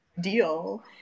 deal